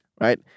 right